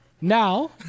Now